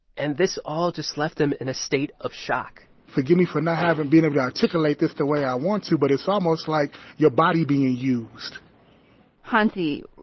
and this all just left them in a state of shock forgive me for not having being able um to articulate this the way i want to, but it's almost like your body being used hansi,